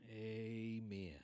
Amen